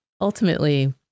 ultimately